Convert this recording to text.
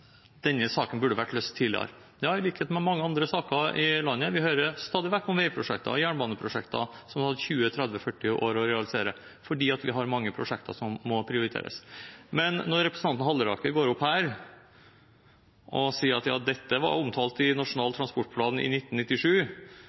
denne saken burde vært løst tidligere. Ja, i likhet med mange andre saker i landet burde den vært det. Vi hører stadig vekk om veiprosjekter og jernbaneprosjekter som det har tatt 20, 30 og 40 år å realisere, fordi vi har mange prosjekter som må prioriteres. Men når representanten Halleraker går opp hit og sier at dette var omtalt i Nasjonal transportplan i 1997,